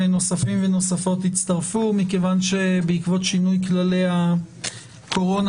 ונוספים ונוספות יצטרפו בעקבות שינוי כללי הקורונה